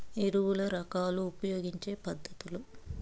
ఎరువుల రకాలు ఉపయోగించే పద్ధతులు?